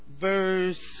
Verse